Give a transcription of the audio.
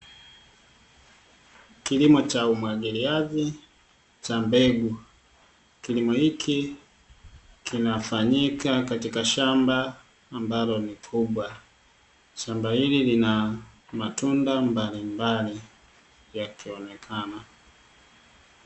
Kilimo cha umwagiliaji cha mbegu. Kilimo hiki kinafanyika katika shamba ambalo ni kubwa. Shamba hili lina matunda mbalimbali, yakionekana.